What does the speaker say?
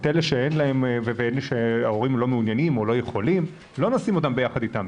את אלה שאין להם ושההורים לא מעוניינים או לא יכולים לא נשים ביחד איתם.